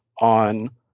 on